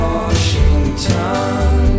Washington